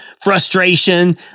frustration